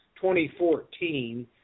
2014